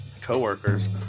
coworkers